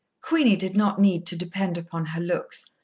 queenie did not need to depend upon her looks,